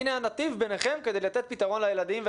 הנה הנתיב ביניכם כדי לתת פתרון לילדים,